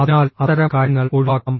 അതിനാൽ അത്തരം കാര്യങ്ങൾ ഒഴിവാക്കാം